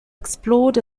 explored